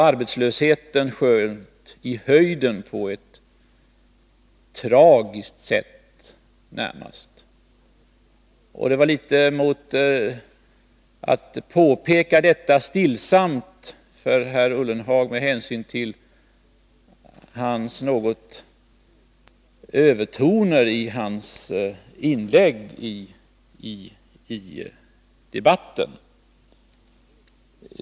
Arbetslösheten sköt i höjden på ett närmast tragiskt sätt. Det var detta som jag stillsamt ville påpeka för herr Ullenhag med anledning av övertonerna i hans inlägg i debatten.